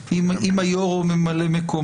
בסדר.